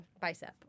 Bicep